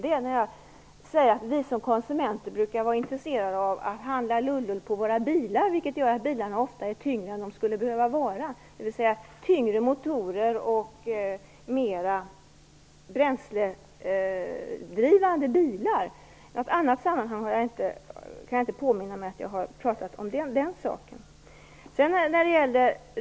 Det var när jag sade att vi som konsumenter brukar vara intresserade av att handla lull lull på våra bilar, vilket gör att bilarna ofta är tyngre än de skulle behöva vara. Det handlar om tyngre motorer och mer bränslekrävande bilar. Jag kan inte påminna mig om att jag har pratat om den saken i något annat sammanhang.